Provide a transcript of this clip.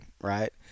right